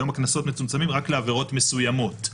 היום הקנסות מצומצמים רק לעבירות מסוימות.